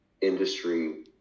industry